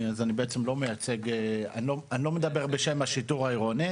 אז אני בעצם לא מדבר בשם השיטור העירוני,